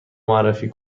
معرفی